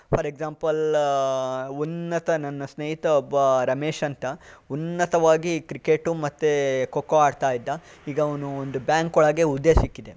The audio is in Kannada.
ಫಾರ್ ಎಗ್ಸಾಂಪಲ್ ಉನ್ನತ ನನ್ನ ಸ್ನೇಹಿತ ಒಬ್ಬ ರಮೇಶ್ ಅಂತ ಉನ್ನತವಾಗಿ ಕ್ರಿಕೆಟು ಮತ್ತೆ ಖೋಖೋ ಆಡ್ತಾಯಿದ್ದ ಈಗ ಅವನು ಒಂದು ಬ್ಯಾಂಕ್ ಒಳಗೆ ಹುದ್ದೆ ಸಿಕ್ಕಿದೆ